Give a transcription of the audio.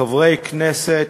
חברי כנסת,